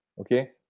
okay